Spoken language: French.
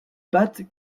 pâte